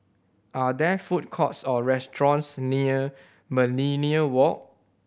are there food courts or restaurants near Millenia Walk